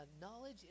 Knowledge